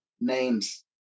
names